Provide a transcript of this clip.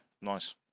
Nice